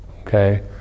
Okay